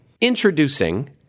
introducing